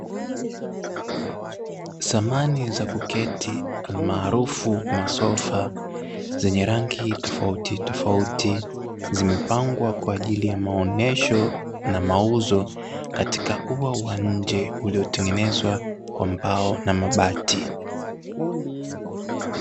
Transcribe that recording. Samani za kuketi alimaharufu masofa zenye rangi tofauti tofauti zimepangwa kwaajili ya maonyesho na mauzo katika Kubwa wa nje uliotengenezwa kwa mbao na mabati.